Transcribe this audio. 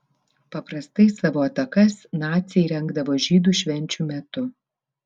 paprastai savo atakas naciai rengdavo žydų švenčių metu